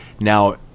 now